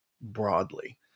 broadly